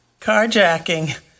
Carjacking